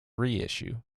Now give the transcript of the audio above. reissue